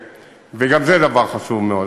וגם זה דבר חשוב מאוד.